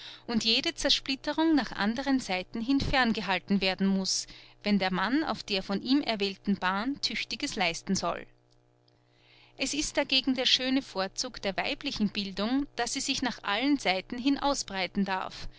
und jede zersplitterung nach anderen seiten hin ferngehalten werden muß wenn der mann auf der von ihm erwählten bahn tüchtiges leisten soll es ist dagegen der schöne vorzug der weiblichen bildung daß sie sich nach allen seiten hin ausbreiten darf